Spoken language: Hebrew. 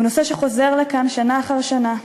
חוזר לכאן שנה אחר שנה.